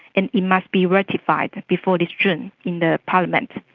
and it must be ratified but before this june in the parliament.